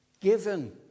Given